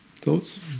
Thoughts